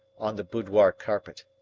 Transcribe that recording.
on the boudoir carpet.